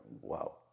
wow